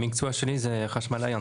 המקצוע שלי זה חשמלאי הנדסאי.